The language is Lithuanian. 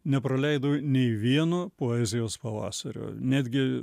nepraleidau nei vieno poezijos pavasario netgi